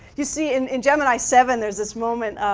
you see, in gemini seven there is this moment